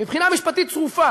מבחינה משפטית צרופה,